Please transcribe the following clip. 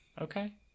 okay